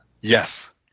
Yes